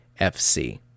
fc